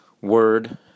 Word